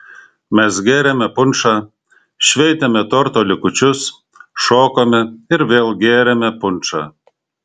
mes gėrėme punšą šveitėme torto likučius šokome ir vėl gėrėme punšą